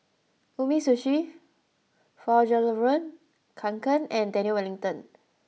Umisushi Fjallraven Kanken and Daniel Wellington